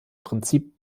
prinzip